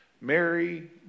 Mary